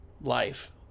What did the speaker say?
life